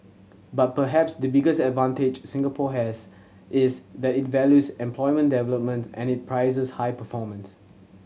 but perhaps the biggest advantage Singapore has is that it values employment development and it prizes high performance